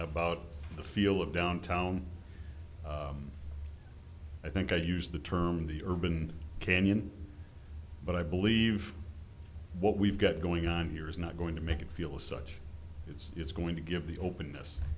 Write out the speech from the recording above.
about the feel of downtown i think i use the term the urban canyon but i believe what we've got going on here is not going to make it feel as such it's it's going to give the